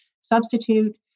substitute